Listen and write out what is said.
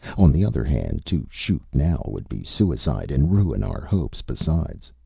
on the other hand, to shoot now would be suicide and ruin our hopes, besides.